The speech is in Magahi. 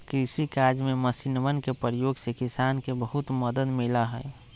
कृषि कार्य में मशीनवन के प्रयोग से किसान के बहुत मदद मिला हई